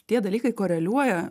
tie dalykai koreliuoja